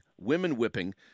women-whipping